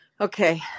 Okay